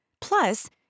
plus